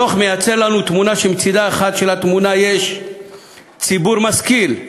הדוח מייצר לנו תמונה שמצדה האחד יש ציבור משכיל,